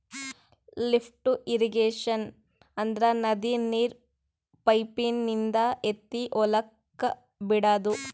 lift irrigation ಅಂದ್ರ ನದಿ ನೀರ್ ಪೈಪಿನಿಂದ ಎತ್ತಿ ಹೊಲಕ್ ಬಿಡಾದು